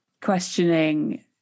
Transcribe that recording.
questioning